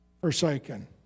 forsaken